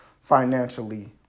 financially